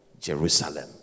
Jerusalem